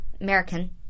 American